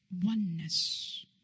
Oneness